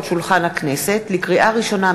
לקריאה ראשונה,